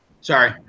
Sorry